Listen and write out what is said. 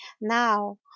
now